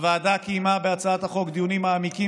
הוועדה קיימה בהצעת החוק דיונים מעמיקים